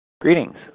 Greetings